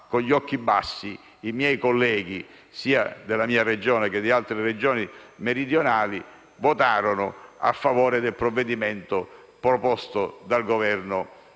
con gli occhi bassi i miei colleghi, sia della mia Regione che di altre Regioni meridionali, votarono a favore del provvedimento proposto dal Governo